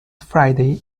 friday